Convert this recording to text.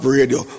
Radio